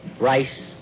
rice